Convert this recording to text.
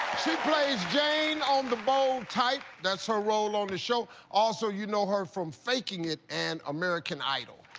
she plays jane on the bold type. that's her role on the show. also, you know her from faking it and american idol.